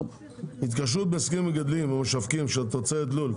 4. "התקשרות בהסכם מגדלים ומשווקים של תוצרת לול,